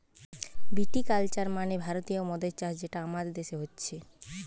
ভিটি culture মানে ভারতীয় মদের চাষ যেটা আমাদের দেশে হচ্ছে